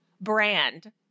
brand